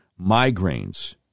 migraines